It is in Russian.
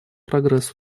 прогресс